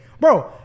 bro